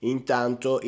Intanto